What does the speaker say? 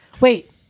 Wait